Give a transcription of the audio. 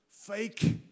fake